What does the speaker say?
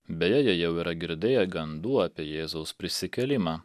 beje jie jau yra girdėję gandų apie jėzaus prisikėlimą